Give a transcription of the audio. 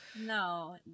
No